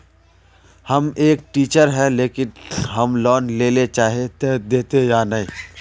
हम एक टीचर है लेकिन हम लोन लेले चाहे है ते देते या नय?